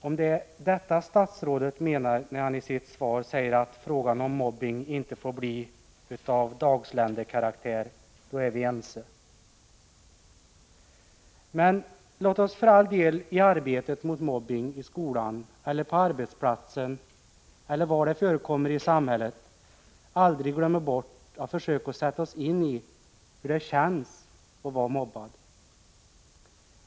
Om det är detta statsrådet menar när han i sitt svar säger att frågan om mobbning inte får bli av dagsländekaraktär, då är vi ense. Men låt oss för all del i arbetet mot mobbning i skolan eller på arbetsplatsen — eller var den förekommer i samhället — aldrig glömma bort att försöka sätta oss in i hur det känns att vara mobbad.